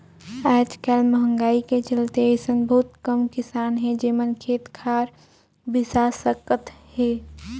आयज कायल मंहगाई के चलते अइसन बहुत कम किसान हे जेमन खेत खार बिसा सकत हे